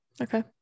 Okay